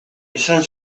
izan